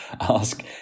Ask